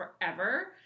forever